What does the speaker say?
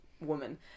woman